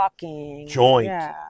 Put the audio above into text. joint